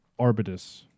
Arbitus